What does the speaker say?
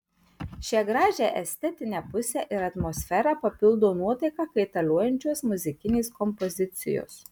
šią gražią estetinę pusę ir atmosferą papildo nuotaiką kaitaliojančios muzikinės kompozicijos